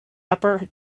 upper